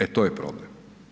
E to je problem.